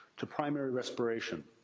to primary respiration.